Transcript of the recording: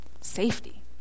safety